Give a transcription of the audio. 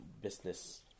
business